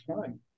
time